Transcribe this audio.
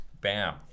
Bam